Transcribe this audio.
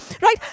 right